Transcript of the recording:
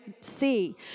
see